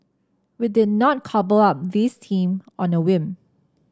we did not cobble up this team on a whim